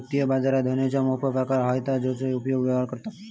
वित्तीय बाजारात धनाचे मोप प्रकार हत जेचो उपयोग व्यवहारात करतत